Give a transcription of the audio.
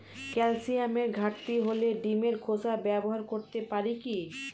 ক্যালসিয়ামের ঘাটতি হলে ডিমের খোসা ব্যবহার করতে পারি কি?